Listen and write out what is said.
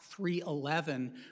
311